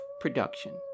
production